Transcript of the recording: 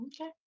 Okay